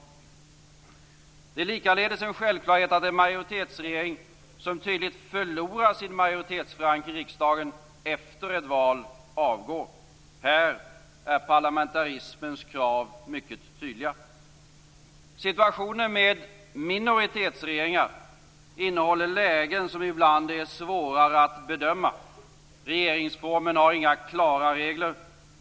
Det är likaledes en självklarhet att en majoritetsregering, som tydligt förlorar sin majoritetsförankring i riksdagen efter ett val, avgår. Här är parlamentarismens krav mycket tydliga. Situationen med minoritetsregeringar innehåller lägen som ibland är svåra att bedöma. Regeringsformen har inga klara regler.